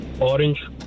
orange